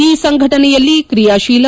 ಈ ಸಂಘಟನೆಯಲ್ಲಿ ಕ್ರಿಯಾಶೀಲ